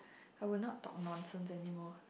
I will not talk nonsense anymore